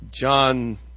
John